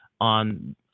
on